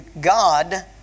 God